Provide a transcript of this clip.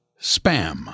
spam